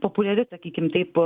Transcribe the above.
populiari sakykim taip